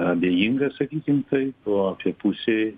abejinga sakykim taip o apie pusei